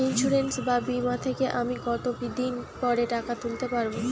Insurance বা বিমা থেকে আমি কত দিন পরে টাকা তুলতে পারব?